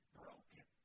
broken